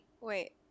wait